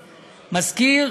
מזכיר,